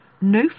no